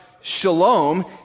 shalom